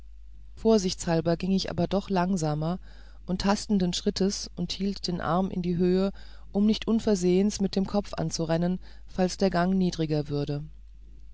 vorsichtshalber ging ich aber doch langsamer und tastenden schrittes und hielt den arm in die höhe um nicht unversehens mit dem kopf anzurennen falls der gang niedriger würde